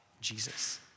Jesus